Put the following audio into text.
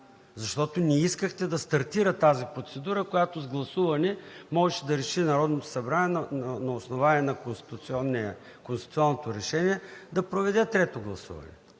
защото не искахте да стартира тази процедура, която с гласуване Народното събрание можеше да реши на основание на Конституционното решение да проведе трето гласуване.